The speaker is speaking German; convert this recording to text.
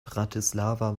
bratislava